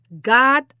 God